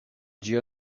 ĝia